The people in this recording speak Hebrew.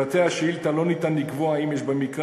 ומהשאילתה לא ניתן לקבוע אם יש במקרה